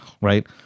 right